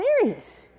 serious